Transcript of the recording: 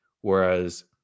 Whereas